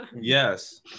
Yes